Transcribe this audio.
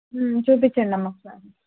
చూపించండి అమ్మా ఒకసారి